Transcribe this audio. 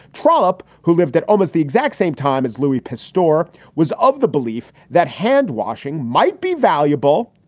trollop who lived at almost the exact same time as louis pastore was of the belief that handwashing might be valuable.